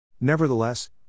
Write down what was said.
Nevertheless